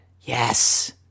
yes